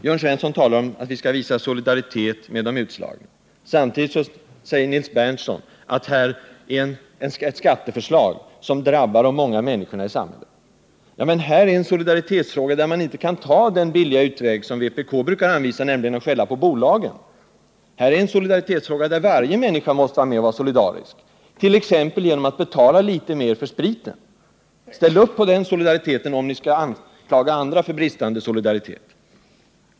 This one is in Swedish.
Jörn Svensson talar om att vi skall visa solidaritet med de utslagna. Samtidigt säger Nils Berndtson att detta är ett skatteförslag som drabbar de många människorna i samhället. Här har vi en solidaritetsfråga där man inte kan välja den billiga utväg som vpk brukar anvisa, nämligen att skälla på bolagen. Här har vi en solidaritetsfråga där varje människa måste vara med och vara solidarisk, t.ex. genom att betala litet mer för spriten. Ställ upp med den solidariteten, ni som anklagar andra för bristande solidaritet.